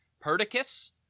Perdiccas